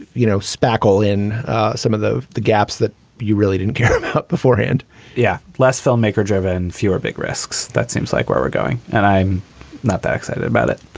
you know, spackle in some of the the gaps that you really didn't care about beforehand yeah, less filmmaker driven, fewer big risks. that seems like where we're going and i'm not excited about it.